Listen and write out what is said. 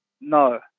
No